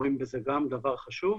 רואים בזה גם דבר חשוב.